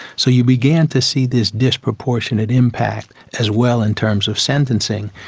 so you began to see this disproportionate impact as well in terms of sentencing.